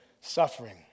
suffering